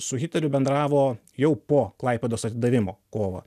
su hitleriu bendravo jau po klaipėdos atidavimo kovą